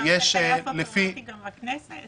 אתה רוצה טייס אוטומטי גם בכנסת?